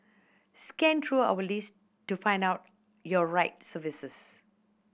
scan through our list to find out your right services